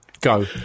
Go